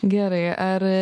gerai ar